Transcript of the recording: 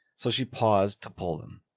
so she paused to pull them.